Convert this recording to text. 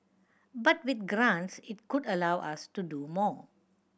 but with grants it could allow us to do more